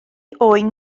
oen